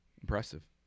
Impressive